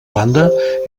banda